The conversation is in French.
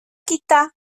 quitta